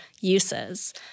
uses